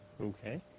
Okay